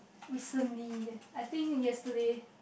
recently I think yesterday